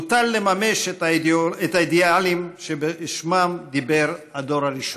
הוטל לממש את האידיאלים שבשמם דיבר הדור הראשון.